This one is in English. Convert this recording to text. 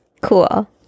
Cool